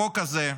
החוק הזה,